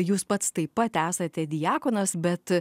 jūs pats taip pat esate diakonas bet